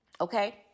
Okay